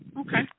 Okay